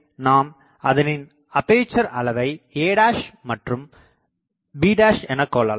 எனவே நாம் அதனின்அப்பேசர் அளவை a மற்றும் b என கொள்ளலாம்